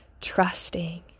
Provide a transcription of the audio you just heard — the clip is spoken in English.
trusting